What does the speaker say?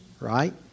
right